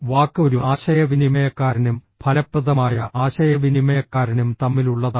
വാക്ക് ഒരു ആശയവിനിമയക്കാരനും ഫലപ്രദമായ ആശയവിനിമയക്കാരനും തമ്മിലുള്ളതാണ്